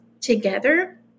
together